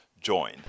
join